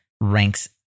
ranks